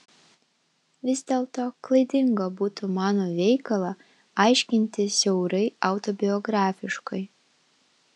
vis dėlto klaidinga būtų mano veikalą aiškinti siaurai autobiografiškai